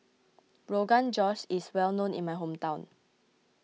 Rogan Josh is well known in my hometown